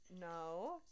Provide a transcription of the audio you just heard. no